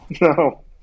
No